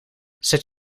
zet